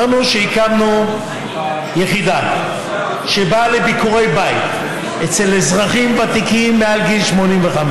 אמרנו שהקמנו יחידה שבאה לביקורי בית אצל אזרחים ותיקים מעל גיל 85,